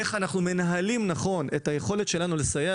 איך אנחנו מנהלים נכון את היכולת שלנו לסייע